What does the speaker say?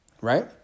right